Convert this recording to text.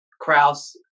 Kraus